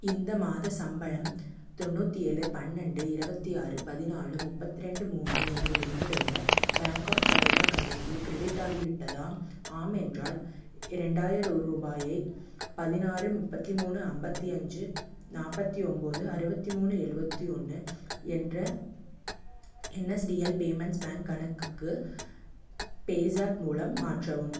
இந்த மாதச் சம்பளம் தொண்ணூற்றி ஏழு பன்னெரெண்டு இருபத்தி ஆறு பதினாலு முப்பத்திரெண்டு மூன்று என்ற என்னுடைய பேங்க் ஆஃப் பரோடா கணக்கில் க்ரெடிட் ஆகிவிட்டதா ஆம் என்றால் இரண்டாயிரம் ரூபாயை பதினாறு முப்பத்தி மூணு ஐம்பத்தி அஞ்சு நாற்பத்தி ஒன்போது அறுபத்தி மூணு எழுவத்தி ஒன்று என்ற என்எஸ்டிஎல் பேமெண்ட்ஸ் பேங்க் கணக்குக்கு பேஸாப் மூலம் மாற்றவும்